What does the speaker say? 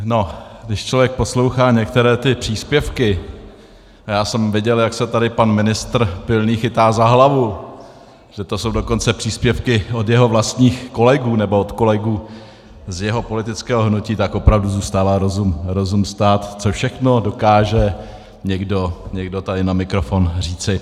No, když člověk poslouchá některé ty příspěvky, a já jsem viděl, jak se tady pan ministr Pilný chytá za hlavu, že to jsou dokonce příspěvky od jeho vlastních kolegů nebo od kolegů z jeho politického hnutí, tak opravdu zůstává rozum stát, co všechno dokáže někdo taky na mikrofon říci.